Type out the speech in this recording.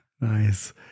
Nice